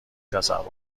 تصور